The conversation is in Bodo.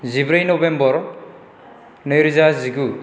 जिब्रै नभेम्बर नै रोजा जिगु